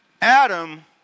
Adam